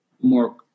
more